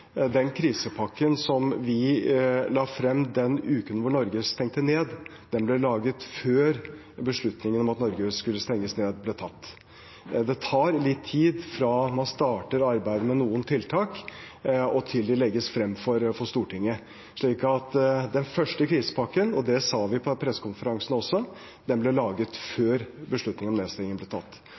Den krisepakken vi la frem den uken da Norge stengte ned, ble laget før beslutningen om at Norge skulle stenges ned, ble tatt. Det tar litt tid fra man starter arbeidet med noen tiltak, og til de legges frem for Stortinget. Så den første krisepakken – og det sa vi på pressekonferansen også – ble laget før beslutningen om nedstenging ble tatt.